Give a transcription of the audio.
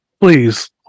Please